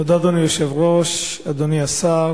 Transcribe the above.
תודה, אדוני היושב-ראש, אדוני השר,